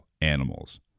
animals